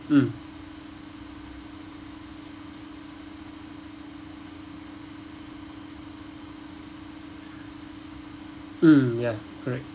mm mm ya correct